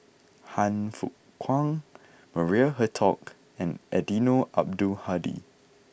Han Fook Kwang Maria Hertogh and Eddino Abdul Hadi